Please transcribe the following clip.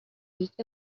week